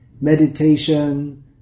meditation